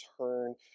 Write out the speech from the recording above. turn